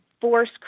force